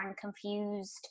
confused